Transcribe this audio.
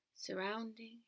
surrounding